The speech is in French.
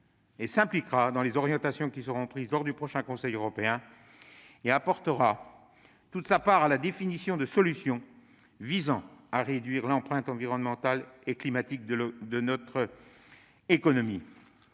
et s'impliquera dans la définition des orientations qui seront prises lors du prochain Conseil européen ; elle apportera toute sa part à l'élaboration de solutions en vue de réduire l'empreinte environnementale et climatique de notre économie.